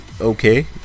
Okay